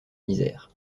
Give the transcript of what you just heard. misère